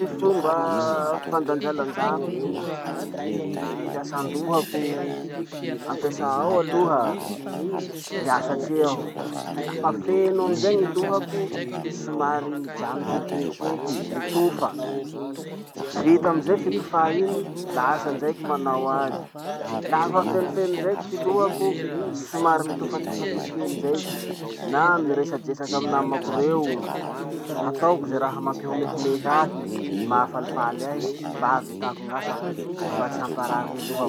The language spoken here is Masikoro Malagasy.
Ty fomba fandanjalanjako ty fiasandohako ampesà ao aloha, miasa tse aho. Lafa feno amizay gny lohako, somary mijano kelikely tseky, mitofa. Vita amizay fitofa iny, lasa ndraiky manao azy. Lafa fenofeno ndraiky ty lohako, somary mitofatofa kelikely ndraiky, na miresadresaky amy namako reo, ataoko ze raha mampihomehomehy ahy, mahafalifaly ahy mba hahavitako gn'asako, mba tsy hamparary gny lohako.